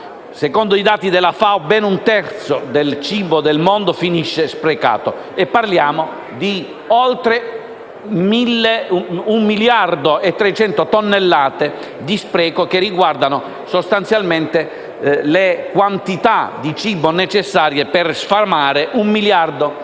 Secondo i dati della FAO, ben un terzo del cibo del mondo finisce sprecato; parliamo di oltre un miliardo e 300 tonnellate di spreco, che rappresentano sostanzialmente la quantità di cibo necessaria per sfamare un miliardo di